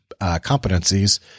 competencies